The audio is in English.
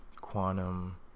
quantum